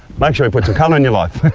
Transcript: make sure you put some colour in your life.